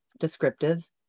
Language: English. descriptives